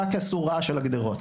רק עשו רעש של הגדרות,